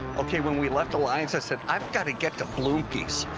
okay, when we left alliance, i said, i've got to get to bluemkes.